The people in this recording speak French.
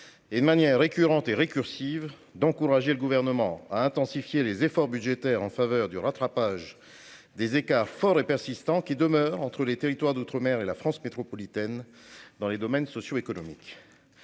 et, de manière récurrente, voire récursive, d'encourager le Gouvernement à intensifier les efforts budgétaires en faveur du rattrapage des écarts forts et persistants qui demeurent entre les territoires d'outre-mer et la France métropolitaine dans les domaines socio-économiques.